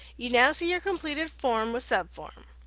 you now see your completed form with subform.